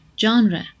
Genre